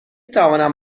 توانم